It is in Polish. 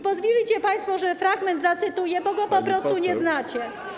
Pozwólcie, państwo, że fragment zacytuję, bo go po prostu nie znacie.